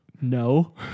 No